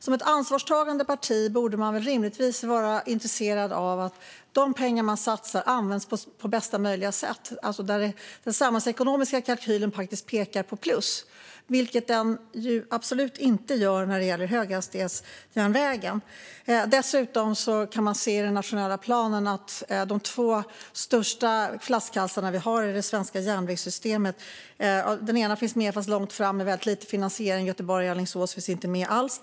Som ett ansvarstagande parti borde man rimligtvis vara intresserad av att de pengar man satsar används på bästa möjliga sätt där den samhällsekonomiska kalkylen pekar på plus. Det gör den absolut inte när det gäller höghastighetsjärnvägen. Dessutom kan man i den nationella planen se de två största flaskhalsarna vi har i det svenska järnvägssystemet. Den ena finns med, fast långt fram med väldigt lite finansiering. Sträckan Göteborg-Alingsås finns inte med alls.